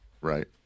Right